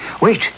wait